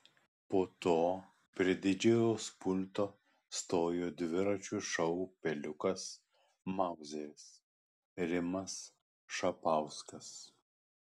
po to prie didžėjaus pulto stojo dviračio šou peliukas mauzeris rimas šapauskas